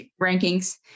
rankings